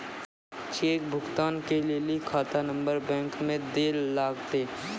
cheque भुगतान के लेली खाता नंबर बैंक मे दैल लागतै